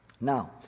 Now